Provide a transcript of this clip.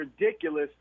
ridiculous